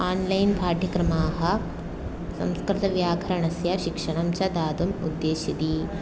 online पाठ्यक्रमाः संस्कृतव्याकरणस्य शिक्षणं च दातुम् उद्देश्यति